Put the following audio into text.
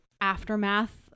aftermath